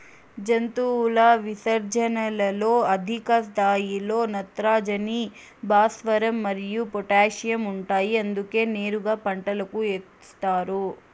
జంతువుల విసర్జనలలో అధిక స్థాయిలో నత్రజని, భాస్వరం మరియు పొటాషియం ఉంటాయి అందుకే నేరుగా పంటలకు ఏస్తారు